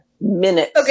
Minutes